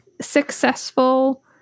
successful